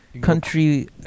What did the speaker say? Country